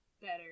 better